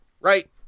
Right